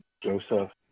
Joseph